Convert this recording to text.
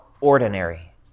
ordinary